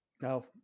No